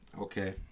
okay